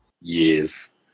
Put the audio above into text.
Yes